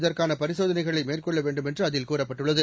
இதற்கான பரிசோதனைகளை மேற்கொள்ள வேண்டும் என்று அதில் கூறப்பட்டுள்ளது